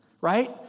right